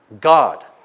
God